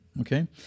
okay